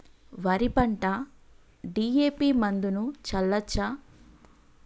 వరి పంట డి.ఎ.పి మందును చల్లచ్చా?